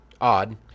odd